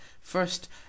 first